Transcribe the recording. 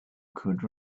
could